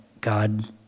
god